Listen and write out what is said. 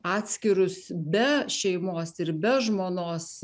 atskirus be šeimos ir be žmonos